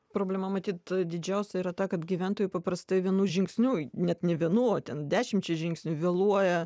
problema matyt didžiausia yra ta kad gyventojai paprastai vienu žingsniu net ne vienu o ten dešimčia žingsnių vėluoja